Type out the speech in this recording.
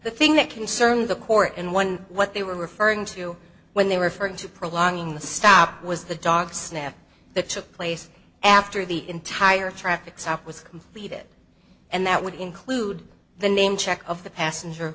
the thing that concerned the court and one what they were referring to when they referring to prolonging the stop was the dog snap that took place after the entire traffic stop was completed and that would include the name check of the passenger